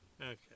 Okay